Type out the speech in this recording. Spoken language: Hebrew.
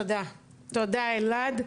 תודה אלעד.